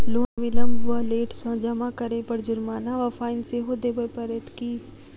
Loan विलंब वा late सँ जमा करै पर जुर्माना वा फाइन सेहो देबै पड़त की?